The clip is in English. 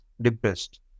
depressed